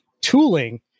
tooling